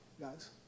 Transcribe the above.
guys